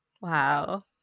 Wow